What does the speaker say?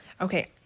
Okay